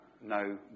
no